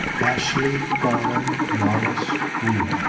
ashley garland wallace wu.